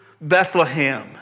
Bethlehem